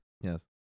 Yes